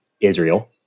Israel